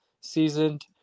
seasoned